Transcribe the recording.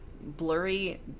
blurry